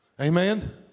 Amen